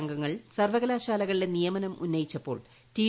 അംഗങ്ങൾ സർവ്വകലാശാലകളിലെ നിയമനം ഉന്നയിച്ചപ്പോൾ റ്റി